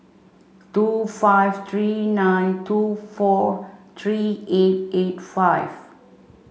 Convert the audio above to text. two five three nine two four three eight eight five